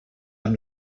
amb